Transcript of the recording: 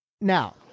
Now